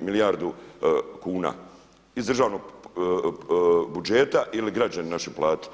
milijardu kuna iz državnog budžeta ili građani naši platiti.